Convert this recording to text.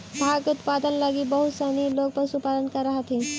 धागा के उत्पादन लगी बहुत सनी लोग पशुपालन करऽ हथिन